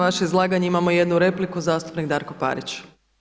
Na vaše izlaganje imamo jednu repliku, zastupnik Darko Parić.